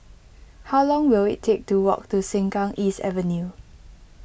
how long will it take to walk to Sengkang East Avenue